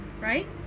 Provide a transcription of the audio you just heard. right